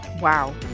Wow